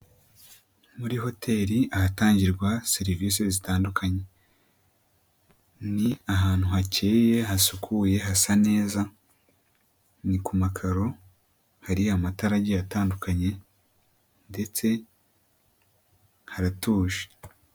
Muri hoteli ahatangirwa serivisi zitandukanye, ni ahantu hakeye, hasukuye, hasa neza, ni ku makaro, hari amatara agiye atandukanye ndetse haratuje.